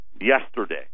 yesterday